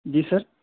جی سر